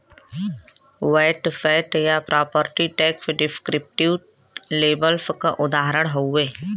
VAT सैट या property tax descriptive labels क उदाहरण हउवे